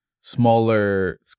smaller